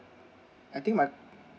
I think my